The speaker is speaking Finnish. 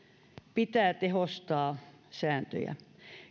pitää tehostaa sääntöjä